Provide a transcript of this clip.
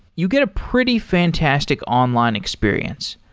you get a pretty fantastic online experience.